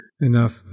enough